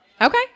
Okay